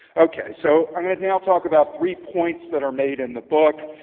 okay. so i'm going to now talk about three points that are made in the book.